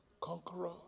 conqueror